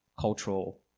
cultural